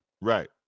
Right